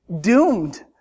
doomed